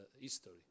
history